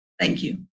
thank you